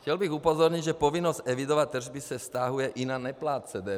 Chtěl bych upozornit, že povinnost evidovat tržby se vztahuje i na neplátce DPH.